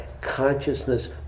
consciousness